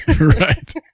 Right